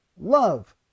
Love